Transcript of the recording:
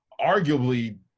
arguably